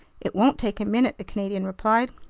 it won't take a minute, the canadian replied.